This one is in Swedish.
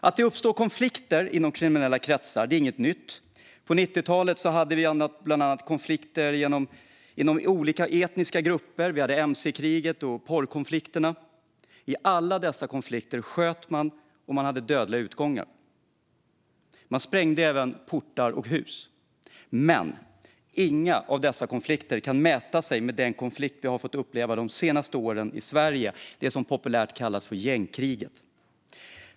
Att det uppstår konflikter inom kriminella kretsar är inget nytt. På 90talet hade vi bland annat konflikter inom olika etniska grupper. Vi hade mc-kriget och porrkonflikterna. I alla dessa konflikter sköt man, ibland med dödlig utgång. Man sprängde även portar och hus. Men inga av dessa konflikter kan mäta sig med den konflikt vi har fått uppleva i Sverige de senaste åren, den som populärt kallas gängkriget.